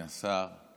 אדוני השר,